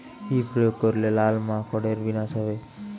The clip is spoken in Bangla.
কি প্রয়োগ করলে লাল মাকড়ের বিনাশ হবে?